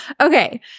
Okay